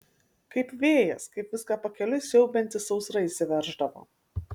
kaip vėjas kaip viską pakeliui siaubianti sausra įsiverždavo